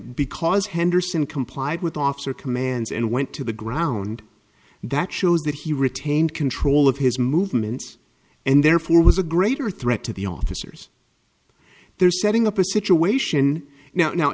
because henderson complied with officer commands and went to the ground that shows that he retained control of his movements and therefore was a greater threat to the officers there setting up a situation now